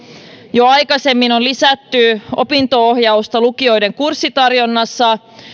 jo aikaisemmin on lisätty opinto ohjausta lukioiden kurssitarjonnassa